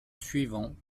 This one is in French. suivants